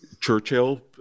churchill